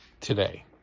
today